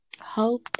Hope